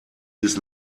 bis